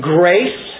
grace